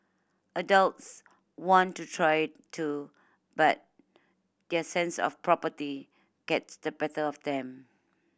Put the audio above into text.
adults want to try it too but their sense of property gets the better of them